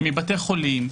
מבתי חולים,